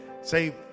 say